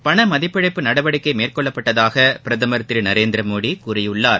பணமதிப்பிழப்பு நடவடிக்கை மேற்கொள்ளப்பட்டதாக பிரதமர் திரு நரேந்திர மோடி கூறியுள்ளார்